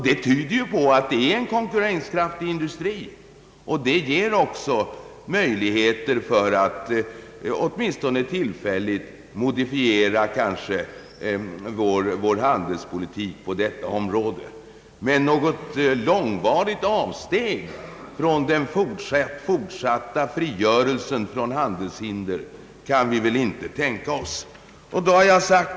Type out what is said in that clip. Det tyder på att det är en konkurenskraftig industri, vilket ger möjligheter att åtminstone tillfälligt modifiera vår handelspolitik på detta område. Något långvarigt avsteg från den fortsatta frigörelsen från handelshinder kan vi väl inte tänka oss.